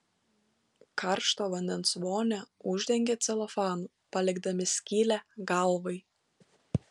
karštą vandens vonią uždengia celofanu palikdami skylę galvai